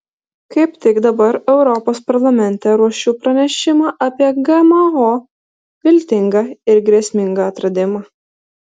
kaip tik dabar europos parlamente ruošiu pranešimą apie gmo viltingą ir grėsmingą atradimą